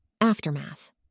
Aftermath